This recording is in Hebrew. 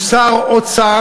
הוא תפקיד שר האוצר,